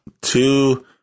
Two